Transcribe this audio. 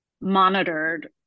monitored